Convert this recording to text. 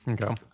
Okay